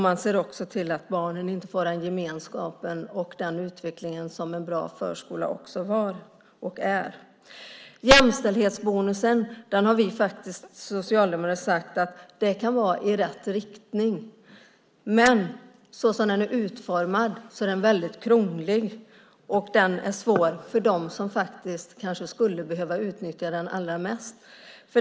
Man ser också till att barnen inte får den gemenskap och den utveckling som en bra förskola kan ge. Vi socialdemokrater har faktiskt sagt att jämställdhetsbonusen kan vara i rätt riktning. Men så som den är utformad är den väldigt krånglig. Den är svår för dem som faktiskt kanske skulle behöva utnyttja den allra mest.